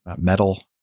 metal